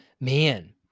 Man